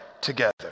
together